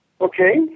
Okay